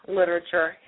literature